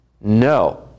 No